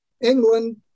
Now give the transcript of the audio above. England